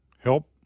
help